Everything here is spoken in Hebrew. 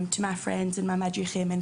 עם המדריכים.